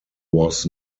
was